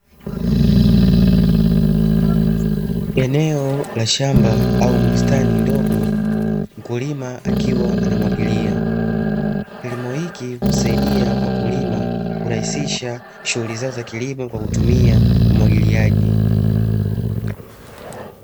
Eneo la shamba au bustani ndogo mkulima akiwa anamwagilia, kilimo hiki husaidia wakulima kurahisisha shughuli zao za kilimo kwa kutumia umwagiliaji.